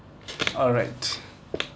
alright